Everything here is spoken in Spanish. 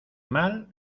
mal